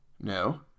No